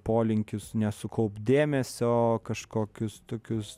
polinkius nesukaupt dėmesio kažkokius tokius